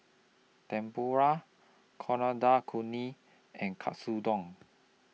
Tempura Coriander Chutney and Katsudon